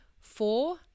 Four